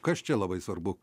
kas čia labai svarbu